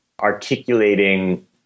articulating